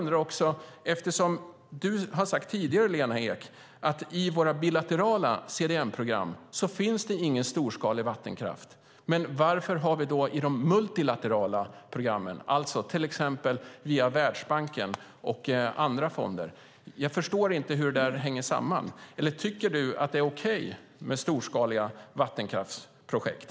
Du har sagt tidigare, Lena Ek, att i våra bilaterala CDM-program finns det ingen storskalig vattenkraft. Varför har vi det då i de multilaterala programmen, alltså till exempel via Världsbanken och andra fonder? Jag förstår inte hur det hänger samman. Tycker du att det är okej med storskaliga vattenkraftsprojekt?